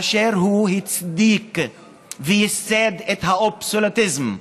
שבה הוא הצדיק וייסד את האבסולוטיזם: